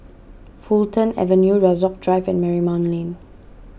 Fulton Avenue Rasok Drive and Marymount Lane